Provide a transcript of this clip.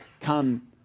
come